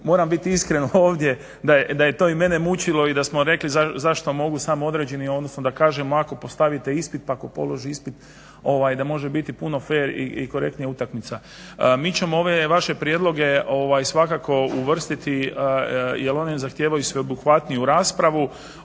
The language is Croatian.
Moram biti iskren ovdje da je to i mene mučilo i da smo rekli zašto mogu samo određeni, odnosno da kažemo ako postavite isti pa tko položi ispit da može biti puno fer i korektnija utakmica. Mi ćemo ove vaše prijedloge svakako uvrstiti jer oni zahtijevaju sveobuhvatniju raspravu.